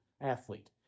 athlete